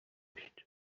داشت